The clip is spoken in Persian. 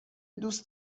دوست